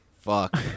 Fuck